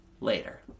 later